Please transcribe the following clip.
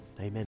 Amen